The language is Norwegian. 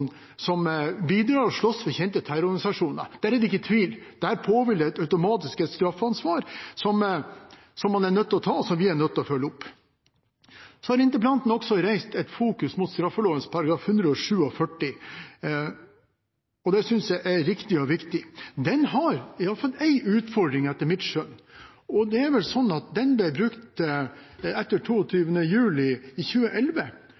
som bidrar og slåss for kjente terrororganisasjoner, er det ikke noen tvil. Der påhviler automatisk et straffansvar man er nødt til å ta, og som man er nødt til å følge opp. Interpellanten har også fokusert på straffeloven § 147. Det synes jeg er riktig og viktig. Den har etter mitt skjønn i alle fall én utfordring. Det er sånn at den ble brukt etter 22. juli 2011.